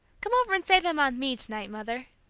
come over and say them on me to-night, mother.